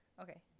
Okay